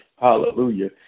hallelujah